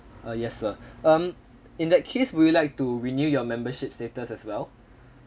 ah yes sir um in that case would like to renew your membership status as well